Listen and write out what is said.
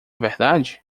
verdade